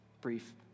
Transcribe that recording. brief